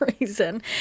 reason